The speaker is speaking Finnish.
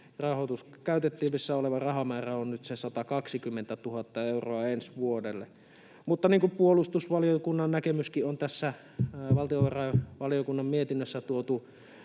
ja se käytettävissä oleva rahamäärä on nyt se 120 000 euroa ensi vuodelle. Mutta niin kuin puolustusvaliokunnan näkemyskin on tässä valtiovarainvaliokunnan mietinnössä tuotu